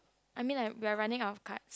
I mean like we are running out of cards